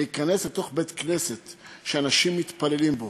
להיכנס לתוך בית-כנסת שאנשים מתפללים בו,